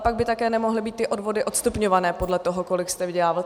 Pak by také nemohly být odvody odstupňované podle toho, kolik jste vydělával.